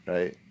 Right